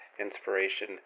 inspiration